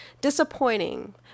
disappointing